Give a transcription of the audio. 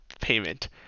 payment